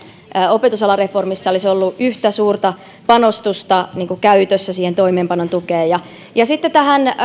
opetusalan reformissa olisi ollut yhtä suurta panostusta käytössä siihen toimeenpanon tukeen sitten tähän